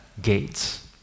gates